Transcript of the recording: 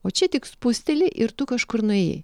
o čia tik spusteli ir tu kažkur nuėjai